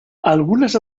algunas